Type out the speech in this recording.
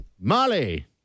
Molly